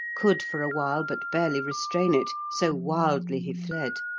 could for awhile but barely restrain it, so wildly he fled.